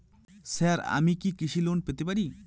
Sir আমি কি কৃষি লোন পেতে পারি?